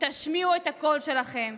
תשמיעו את הקול שלכם,